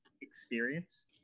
experience